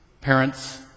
parents